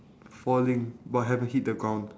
falling but haven't hit the ground